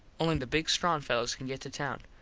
only the big strong fellos can get to town.